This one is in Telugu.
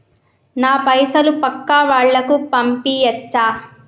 నా పైసలు పక్కా వాళ్ళకు పంపియాచ్చా?